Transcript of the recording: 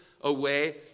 away